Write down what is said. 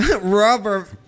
rubber